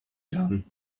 gone